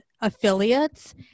affiliates